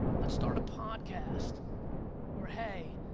let's start a podcast or hey,